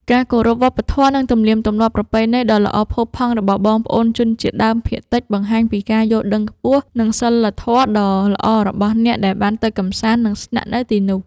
ការគោរពវប្បធម៌ និង ទំនៀមទម្លាប់ប្រពៃណីដ៏ល្អផូរផង់របស់បងប្អូនជនជាតិដើមភាគតិចបង្ហាញពីការយល់ដឹងខ្ពស់ និង សីលធម៌ដ៏ល្អរបស់អ្នកដែលបានទៅកម្សាន្ត និង ស្នាក់នៅទីនោះ។